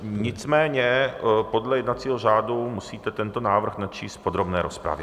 Nicméně podle jednacího řádu musíte tento návrh načíst v podrobné rozpravě.